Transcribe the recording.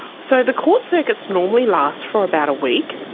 so the court circuits normally last for about a week,